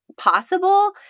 possible